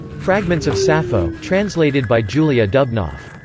fragments of sappho, translated by julia dubnoff.